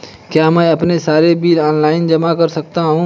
क्या मैं अपने सारे बिल ऑनलाइन जमा कर सकती हूँ?